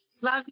Love